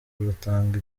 rutanga